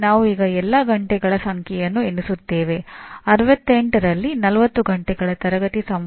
ಒಂದು ಸಂಸ್ಥೆ ಮಾನ್ಯತೆ ಪಡೆಯಲು ಬಯಸುವ ಇಲಾಖೆಗಳ ಅರ್ಹತೆಯ ಬಗ್ಗೆ ಮಾಹಿತಿ ನೀಡುವ ದಾಖಲೆಯನ್ನು ಸಲ್ಲಿಸುತ್ತದೆ